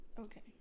Okay